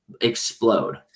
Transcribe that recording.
explode